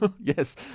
yes